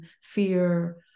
fear